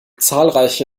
zahlreiche